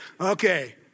Okay